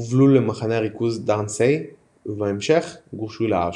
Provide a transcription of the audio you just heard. הובלו למחנה הריכוז דראנסי ובהמשך גורשו לאושוויץ.